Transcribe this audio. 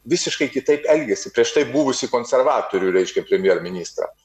visiškai kitaip elgėsi prieš tai buvusį konservatorių reiškia premjerą ministrą